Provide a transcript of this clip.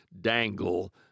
dangle